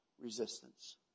resistance